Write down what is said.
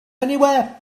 anywhere